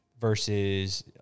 versus